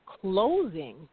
closing